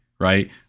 right